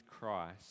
Christ